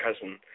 cousin